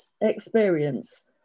experience